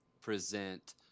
present –